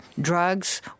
drugs